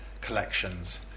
collections